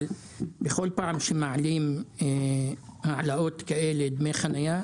אבל בכל פעם שמעלים העלאות כאלה של דמי חנייה,